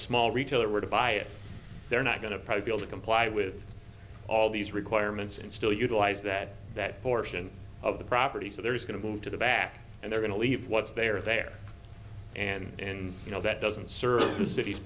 small retailer were to buy it they're not going to probably be able to comply with all these requirements and still utilize that that portion of the property so there is going to move to the back and they're going to leave what's they are there and you know that doesn't serv